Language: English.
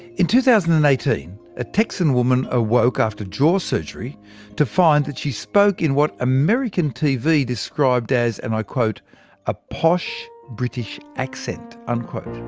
in two thousand and eighteen, a texan woman awoke after jaw surgery to find that she spoke in what american tv described as and like a posh british accent. and